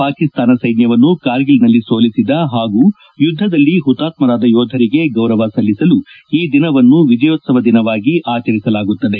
ಪಾಕಿಸ್ತಾನ ಸ್ಕೆನ್ಯವನ್ನು ಕಾರ್ಗಿಲ್ನಲ್ಲಿ ಸೋಲಿಸಿದ ಹಾಗೂ ಯುದ್ದದಲ್ಲಿ ಹುತಾತ್ಮರಾದ ಯೋಧರಿಗೆ ಗೌರವ ಸಲ್ಲಿಸಲು ಈ ದಿನವನ್ನು ವಿಜಯೋತ್ಸವ ದಿನವಾಗಿ ಆಚರಿಸಲಾಗುತ್ತದೆ